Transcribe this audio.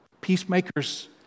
Peacemakers